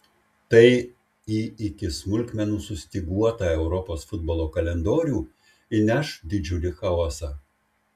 tai į iki smulkmenų sustyguotą europos futbolo kalendorių įneš didžiulį chaosą